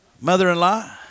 mother-in-law